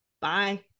Bye